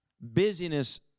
Busyness